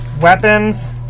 weapons